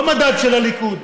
לא מדד של הליכוד,